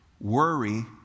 Worry